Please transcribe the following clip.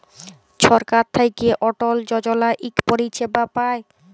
ছরকার থ্যাইকে অটল যজলা ইক পরিছেবা পায়